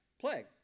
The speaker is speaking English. plague